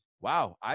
wow